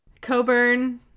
Coburn